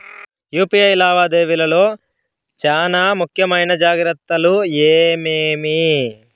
UPI లావాదేవీల లో చానా ముఖ్యమైన జాగ్రత్తలు ఏమేమి?